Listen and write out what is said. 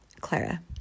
Clara